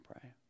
pray